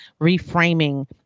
reframing